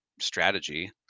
strategy